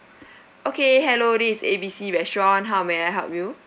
okay hello this is A B C restaurant how may I help you